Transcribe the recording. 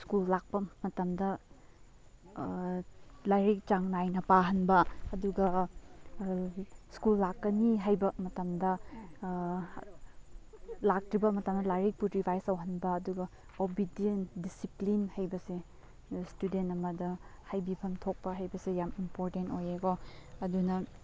school ꯂꯥꯛꯄ ꯃꯇꯝꯗ ꯂꯥꯏꯔꯤꯛ ꯆꯥꯡ ꯅꯥꯏꯅ ꯄꯥꯍꯟꯕ ꯑꯗꯨꯒ ꯁ꯭ꯀꯨꯜ ꯂꯥꯛꯀꯅꯤ ꯍꯥꯏꯕ ꯃꯇꯝꯗ ꯂꯥꯛꯇ꯭ꯔꯤꯕ ꯃꯇꯝꯗ ꯂꯥꯏꯔꯤꯛꯄꯨ ꯔꯤꯚꯥꯏꯁ ꯇꯧꯍꯟꯕ ꯑꯗꯨꯒ ꯑꯣꯕꯤꯗꯤꯌꯟ ꯗꯤꯁꯤꯄ꯭ꯂꯤꯟ ꯍꯥꯏꯕꯁꯦ ꯏꯁꯇꯨꯗꯦꯟ ꯑꯃꯗ ꯍꯥꯏꯕꯤꯐꯝ ꯊꯣꯛꯄ ꯍꯥꯏꯕꯁꯦ ꯌꯥꯝ ꯏꯝꯄꯣꯔꯇꯟ ꯑꯣꯏꯌꯦꯀꯣ ꯑꯗꯨꯅ